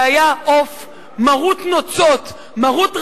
זה היה עוף מרוט נוצות, מרוט רגליים,